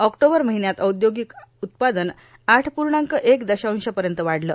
October महिन्यात औद्योगिक उत्पादन आठ पूर्णांक एक दशांशापर्यंत वाढलं